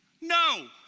No